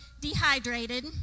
Dehydrated